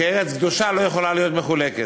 כארץ קדושה, לא יכולה להיות מחולקת.